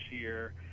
year